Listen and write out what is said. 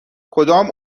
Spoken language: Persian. کدام